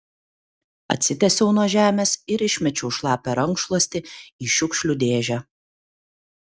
atsitiesiau nuo žemės ir išmečiau šlapią rankšluostį į šiukšlių dėžę